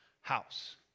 House